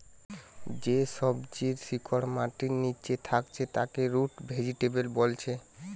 যে সবজির শিকড় মাটির লিচে থাকছে তাকে রুট ভেজিটেবল বোলছে